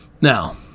Now